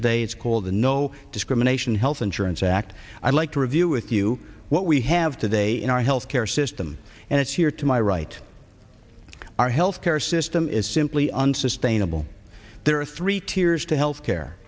today it's called the no discrimination health insurance act i'd like to review with you what we have today in our health care system and it's here to my right our health care system is simply unsustainable there are three tiers to health care